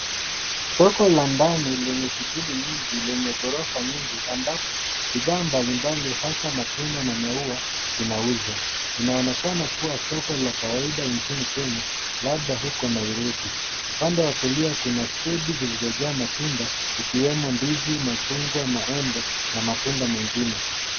Soko la ndani lenye shughuli nyingi lenye ghorofa nyingi ambapo bidhaa mbalimbali hasa matunda na maua zinauzwa. Linaonekana kuwa soko la kawaida nchini Kenya labda huko Nairobi. Upande wa kulia, kuna stendi zilizojaa matunda ikiwemo ndizi, machungwa, maembe na matunda mengine.